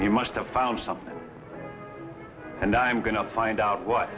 you must have found something and i'm going to find out what